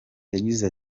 yagize